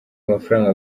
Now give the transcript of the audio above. amafaranga